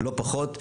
לא פחות,